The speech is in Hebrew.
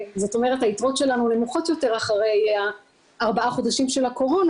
זאת אומרת היתרות שלנו נמוכות יותר אחרי ארבעת החודשים של הקורונה